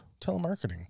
Telemarketing